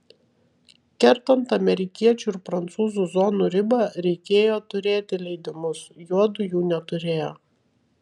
kertant amerikiečių ir prancūzų zonų ribą reikėjo turėti leidimus juodu jų neturėjo